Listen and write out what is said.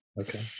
Okay